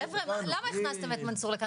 חבר'ה, למה הכנסת את מנסור לכאן?